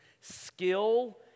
skill